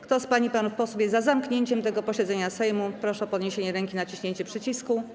Kto z pań i panów posłów jest za zamknięciem tego posiedzenia Sejmu, proszę o podniesienie ręki i naciśnięcie przycisku.